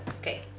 Okay